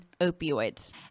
opioids